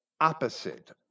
opposite